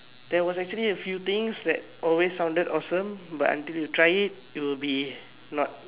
there was actually a few things that always sounded awesome but until you try it it will be not